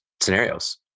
scenarios